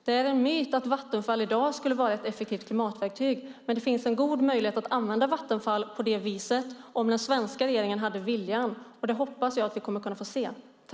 Det är en myt att Vattenfall i dag skulle vara ett effektivt klimatverktyg, men det finns en god möjlighet att använda Vattenfall på det viset om den svenska regeringen har viljan, och det hoppas jag att vi kommer att kunna få se.